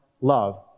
love